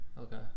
Okay